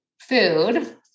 food